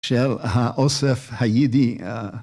‫של האוסף האידי ה...